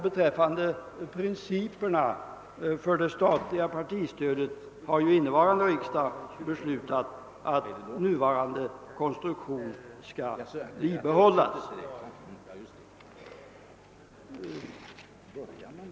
Innevarande års riksdag har beträffande det statliga partistödet beslutat att den nuvarande konstruktionen skall bibehållas.